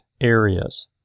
areas